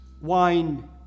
wine